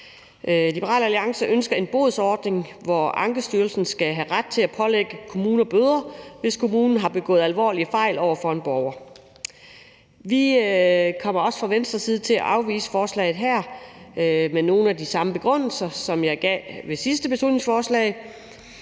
Liberal Alliance ønsker en bodsordning, hvor Ankestyrelsen skal have ret til at pålægge kommuner bøder, hvis kommunerne har begået alvorlige fejl over for en borger. Vi kommer fra Venstres side også til at afvise forslaget her med nogle af de samme begrundelser, som jeg gav ved det sidste beslutningsforslag.